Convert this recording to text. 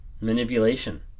Manipulation